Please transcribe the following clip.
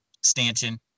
stanchion